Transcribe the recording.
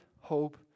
hope